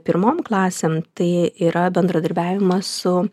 pirmom klasėm tai yra bendradarbiavimas su